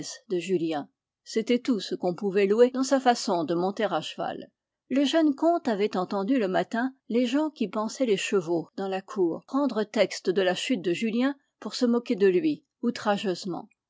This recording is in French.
de julien c'était tout ce qu'on pouvait louer dans sa façon de monter à cheval le jeune comte avait entendu le matin les gens qui pansaient les chevaux dans la cour prendre texte de la chute de julien pour se moquer de lui outrageusement